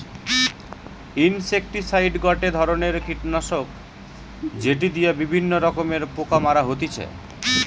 insecticide গটে ধরণের কীটনাশক যেটি দিয়া বিভিন্ন রকমের পোকা মারা হতিছে